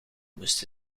moest